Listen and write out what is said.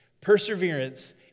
Perseverance